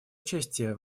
участие